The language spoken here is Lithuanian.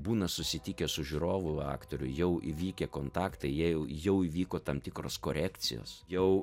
būna susitikęs su žiūrovų aktorių jau įvykę kontaktai jie jau jau įvyko tam tikros korekcijos jau